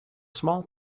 small